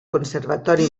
conservatori